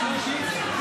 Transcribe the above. שלוש קריאות.